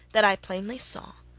that i plainly saw,